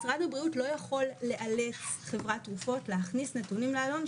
משרד הבריאות לא יכול לאלץ חברת תרופות להכניס נתונים לעלון,